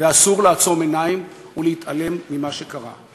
ואסור לעצום עיניים ולהתעלם ממה שקרה.